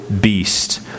beast